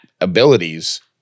abilities